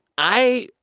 i